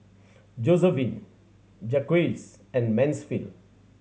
Josephine Jacquez and Mansfield